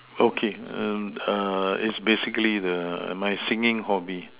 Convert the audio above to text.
okay um err is basically the my singing hobby